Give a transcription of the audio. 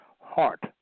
heart